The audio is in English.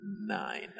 nine